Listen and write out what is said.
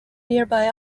nearby